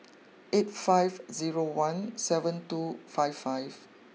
eight five zero one seven two five five